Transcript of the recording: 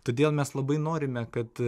todėl mes labai norime kad